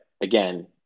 again